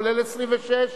כולל 26,